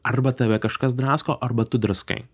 arba tave kažkas drasko arba tu draskai